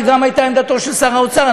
זו גם הייתה עמדתו של שר האוצר,